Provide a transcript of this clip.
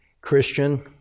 Christian